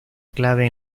clave